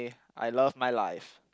I love my life